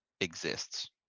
exists